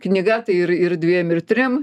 knyga tai ir ir dviem ir trim